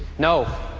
no!